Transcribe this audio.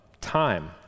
time